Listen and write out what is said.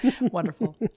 wonderful